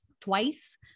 twice